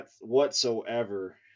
whatsoever